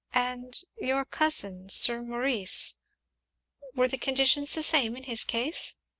and your cousin sir maurice were the conditions the same in his case?